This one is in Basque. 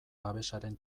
babesaren